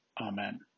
Amen